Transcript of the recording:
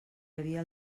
havia